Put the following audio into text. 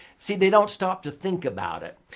see, they don't stop to think about it.